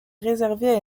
réservée